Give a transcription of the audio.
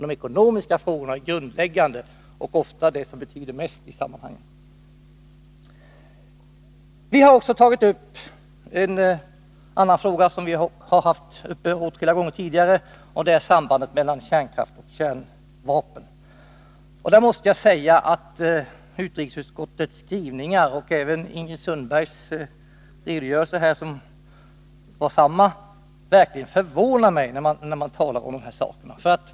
De ekonomiska frågorna är grundläggande och betyder ofta mest i sammanhanget. Vi har också tagit upp en annan fråga, som vi har haft uppe åtskilliga gånger tidigare, nämligen sambandet mellan kärnkraft och kärnvapen. Jag måste säga att utskottets skrivningar och även Ingrid Sundbergs redogörelse här förvånar mig.